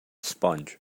sponge